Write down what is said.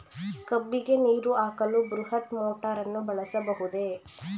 ಕಬ್ಬಿಗೆ ನೀರು ಹಾಕಲು ಬೃಹತ್ ಮೋಟಾರನ್ನು ಬಳಸಬಹುದೇ?